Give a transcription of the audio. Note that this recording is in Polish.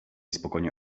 spokojnie